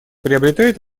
приобретает